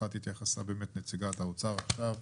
אחת, התייחסה נציגת האוצר עכשיו,